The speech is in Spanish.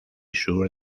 sur